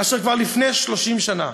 אשר כבר לפני 30 שנה,